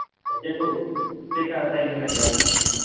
ᱪᱮᱫ ᱠᱚ ᱪᱮᱫᱞᱮᱠᱟ ᱥᱟᱭᱤᱡ ᱢᱮᱱᱟᱜ ᱜᱮᱭᱟ